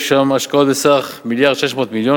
יש שם השקעות בסך 1.6 מיליארד שקלים.